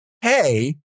hey